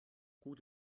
gut